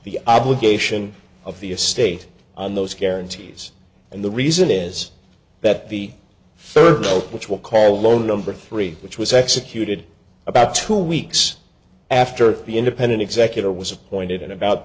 the obligation of the of state on those guarantees and the reason is that the third which will cause a loan number three which was executed about two weeks after the independent executor was appointed in about